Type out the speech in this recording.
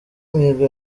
mihigo